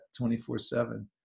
24-7